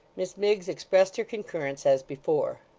miss miggs expressed her concurrence as before.